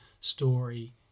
story